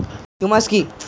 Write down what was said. Humus কি?